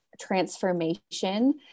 transformation